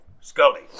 Scully